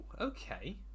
okay